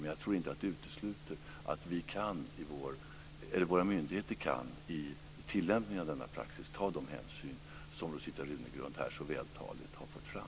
Men jag tror inte att det utesluter att våra myndigheter i tillämpning av denna praxis kan ta de hänsyn som Rosita Runegrund här så vältaligt har fört fram.